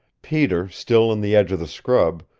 peter, still in the edge of the scrub,